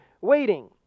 waiting